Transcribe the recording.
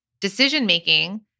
decision-making